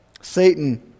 Satan